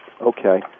Okay